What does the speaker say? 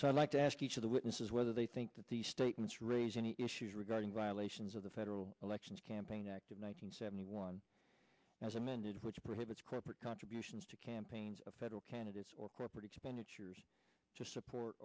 so i'd like to ask each of the witnesses whether they think that these statements raise any issues regarding violations of the federal election campaign act of one nine hundred seventy one as amended which prohibits corporate contributions to campaigns of federal candidates or corporate expenditures to support